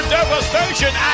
Devastation